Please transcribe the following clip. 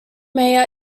mayor